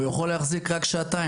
הוא יכול להחזיק רק שעתיים.